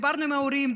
דיברנו עם ההורים,